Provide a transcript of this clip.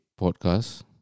podcast